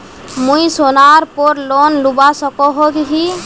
मुई सोनार पोर लोन लुबा सकोहो ही?